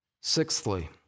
Sixthly